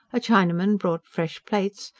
a chinaman brought fresh plates,